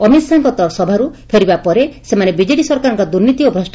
ଅମିତ ଶାହାଙ୍କ ସଭାରୁ ଫେରିବା ପରେ ସେମାନେ ବିଜେଡି ସରକାରଙ୍କ ଦୁର୍ନୀତି ଓ ଭ୍ରଷ୍